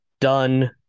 done